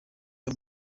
aya